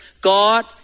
God